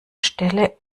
stelle